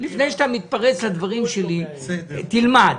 לפני שאתה מתפרץ לדברים שלי, תלמד.